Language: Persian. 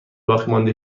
باقیمانده